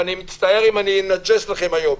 ואני מצטער אם אנג'ס לכם היום,